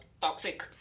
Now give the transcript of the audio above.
toxic